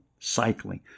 cycling